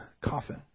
coffin